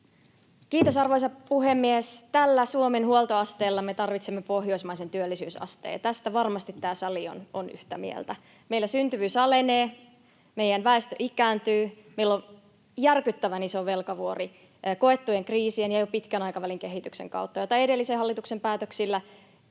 Kiitos, arvoisa puhemies! Tällä Suomen huoltoasteella me tarvitsemme pohjoismaisen työllisyysasteen, ja tästä varmasti tämä sali on yhtä mieltä. Meillä syntyvyys alenee, meidän väestö ikääntyy, meillä on järkyttävän iso velkavuori koettujen kriisien ja jo pitkän aikavälin kehityksen kautta. Edellisen hallituksen päätöksillä te